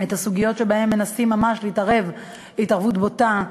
הסוגיות שבהן מנסים ממש להתערב התערבות בוטה,